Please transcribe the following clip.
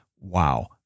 wow